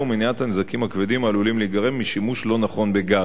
ומניעת הנזקים הכבדים העלולים להיגרם משימוש לא נכון בגז.